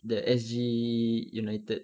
the S_G united